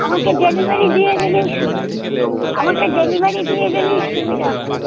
আমাকে ডেলিভারি দিয়ে গেলেই সু আমাকে ডেলিভারি দিয়ে গেলেই সুবিধা হয়